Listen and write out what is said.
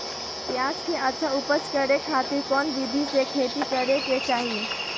प्याज के अच्छा उपज करे खातिर कौन विधि से खेती करे के चाही?